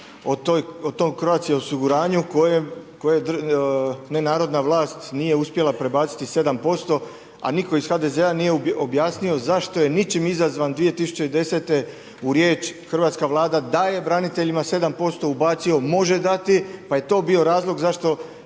o toj Croatia osiguranju koja ne narodna vlast nije uspjela prebaciti 7%, a nitko iz HDZ-a nije objasnio zašto je ničim izazvan 2010. u riječ Hrvatska vlada daje braniteljima 7% ubacio može dati, pa je to bio razlog zašto